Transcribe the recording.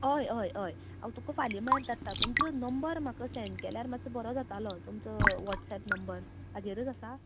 हय हय हय हांव तुका फाल्यां म्हळ्यार धाडटा तूमचो नंबर म्हाका सेंड केल्यार मात्सो बरो जातालो तुमचो वॉटसॅप नंबर हाजेरूच आसा